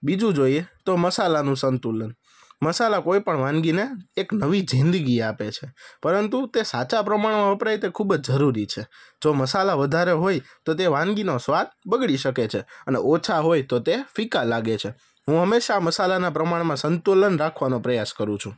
બીજું જોઈએ તો મસાલાનું સંતુલન મસાલા કોઈ પણ વાનગીને એક નવી જિંદગી આપે છે પરંતુ તે સાચા પ્રમાણમાં વપરાય તે ખૂબ જ જરૂરી છે જો મસાલા વધારે હોય તો તે વાનગીનો સ્વાદ બગડી શકે છે અને ઓછા હોય તો તે ફીકા લાગે છે હું હંમેશા મસાલાના પ્રમાણમાં સંતુલન રાખવાનો પ્રયાસ કરું છું